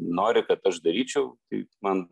nori kad aš daryčiau tai man